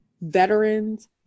veterans